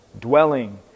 dwelling